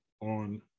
on